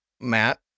Matt